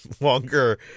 longer